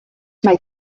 mae